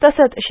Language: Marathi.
तसंच श्री